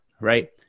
right